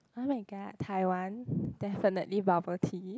oh-my-god Taiwan definitely bubble tea